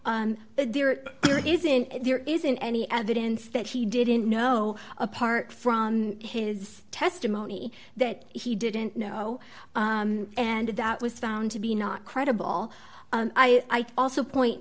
there isn't there isn't any evidence that he didn't know apart from his testimony that he didn't know and that was found to be not credible i also point